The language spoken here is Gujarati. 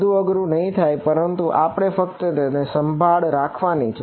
વધુ અઘરું નહિ થાય પરંતુ આપણે ફક્ત તેની સંભાળ રાખવાની છે